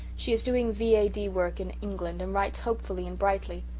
she is doing v a d. work in england and writes hopefully and brightly.